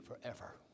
forever